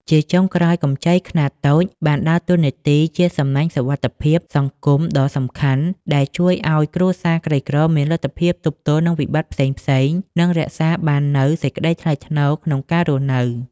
ជាចុងក្រោយ កម្ចីខ្នាតតូចបានដើរតួនាទីជាសំណាញ់សុវត្ថិភាពសង្គមដ៏សំខាន់ ដែលជួយឱ្យគ្រួសារក្រីក្រមានលទ្ធភាពទប់ទល់នឹងវិបត្តិផ្សេងៗ និងរក្សាបាននូវសេចក្ដីថ្លៃថ្នូរក្នុងការរស់នៅ។